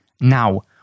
now